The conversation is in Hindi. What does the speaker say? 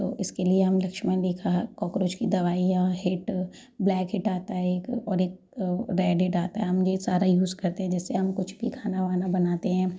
तो इसके लिए हम लक्षमण रेखा कोक्रोच की दवाइयाँ हिट ब्लैक हिट आता है एक और एक रेड हिट आता है हम ये सारा यूज़ करते हैं जैसे हम कुछ भी खाना वाना बनाते हैं